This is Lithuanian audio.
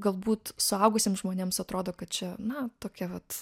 galbūt suaugusiems žmonėms atrodo kad čia na tokia vat